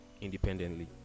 independently